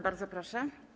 Bardzo proszę.